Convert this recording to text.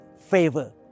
favor